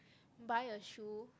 buy a shoe